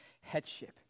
headship